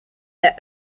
their